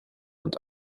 und